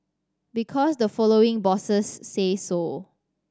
because the following bosses say so